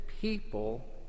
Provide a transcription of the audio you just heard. people